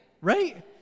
right